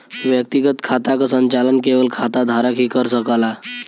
व्यक्तिगत खाता क संचालन केवल खाता धारक ही कर सकला